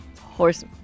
horse